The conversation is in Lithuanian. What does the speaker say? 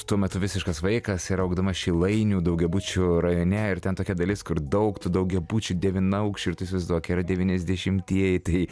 tuo metu visiškas vaikas ir augdama šilainių daugiabučių rajone ir ten tokia dalis kur daug tų daugiabučių devynaukščių ir tu įsivaizduok yra devyniasdešimieji tai